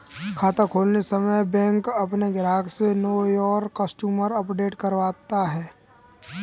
खाता खोलते समय बैंक अपने ग्राहक से नो योर कस्टमर अपडेट करवाता है